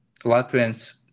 Latvians